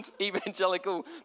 evangelical